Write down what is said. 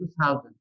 2000